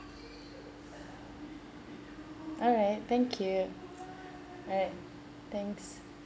alright thank you alright thanks